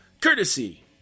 Courtesy